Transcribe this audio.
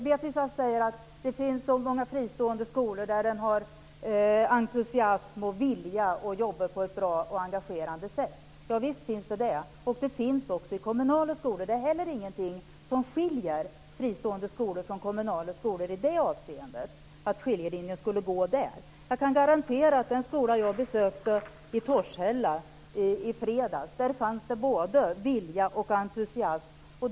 Beatrice Ask säger att det finns så många fristående skolor där man har entusiasm och vilja och jobbar på ett bra och engagerande sätt. Visst finns det det. Men detta finns också i kommunala skolor. Det är ingenting som skiljer fristående skolor från kommunala skolor. Jag kan garantera att det i den skola jag besökte i fredags i Torshälla fanns både vilja och entusiasm.